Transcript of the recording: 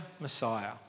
Messiah